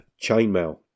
chainmail